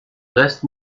rest